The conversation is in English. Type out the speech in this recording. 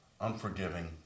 unforgiving